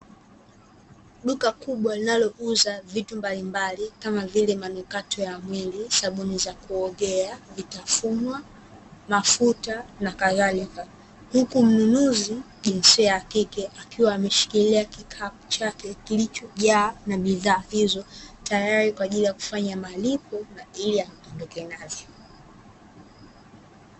Duka kubwa linalouza vitu mbalimbali, kama vile: manukato ya mwili, sabuni za kuogea, vitafunwa, mafuta na nakadhalika, huku mnunuzi jinsia ya kike akiwa ameshikilia kikapu chake kilichojaa na bidhaa hizo, tayari kwa ajili ya kufanya malipo ili aondoke navyo.